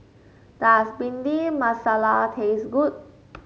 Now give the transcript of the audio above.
does Bhindi Masala taste good